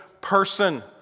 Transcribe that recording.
person